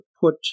put